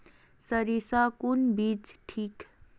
सरीसा कौन बीज ठिक?